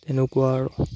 তেনেকুৱা আৰু